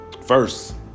First